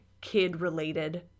kid-related